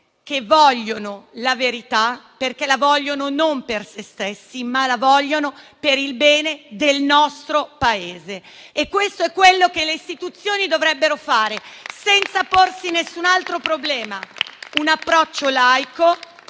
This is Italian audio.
che vogliono la verità, perché la vogliono non per se stessi, ma per il bene del nostro Paese. Questo è quello che le Istituzioni dovrebbero fare senza porsi alcun altro problema: un approccio laico